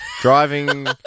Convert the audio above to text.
Driving